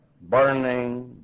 Burning